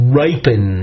ripen